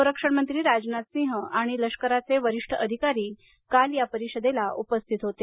संरक्षण मंत्री राजनाथ सिंह आणि लष्कराचे वरिष्ठ अधिकारी काल या परिषदेला उपस्थित होते